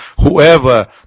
Whoever